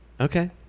Okay